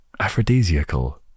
aphrodisiacal